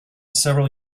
several